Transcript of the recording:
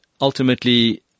ultimately